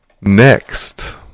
Next